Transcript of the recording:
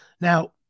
Now